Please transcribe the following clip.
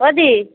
ও দি